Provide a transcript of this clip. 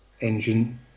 engine